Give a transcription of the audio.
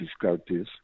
difficulties